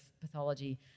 pathology